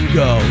go